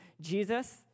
jesus